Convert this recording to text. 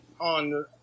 on